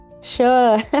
Sure